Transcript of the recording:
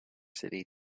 city